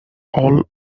all